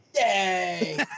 Yay